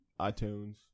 iTunes